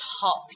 top